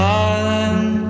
Darling